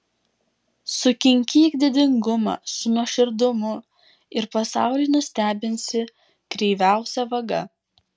sukinkyk didingumą su nuoširdumu ir pasaulį nustebinsi kreiviausia vaga